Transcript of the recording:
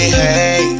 hey